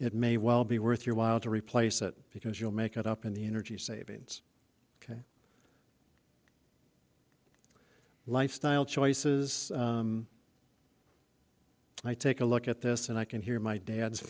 it may well be worth your while to replace it because you'll make it up in the energy savings ok lifestyle choices i take a look at this and i can hear my dad's